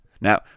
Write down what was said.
Now